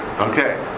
okay